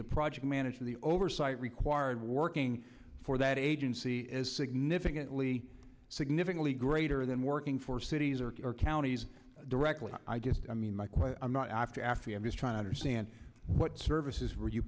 the project manager the oversight required working for the agency is significantly significantly greater than working for cities or counties directly i just i mean mike well i'm not after afy i'm just trying to understand what services were you